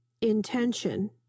intention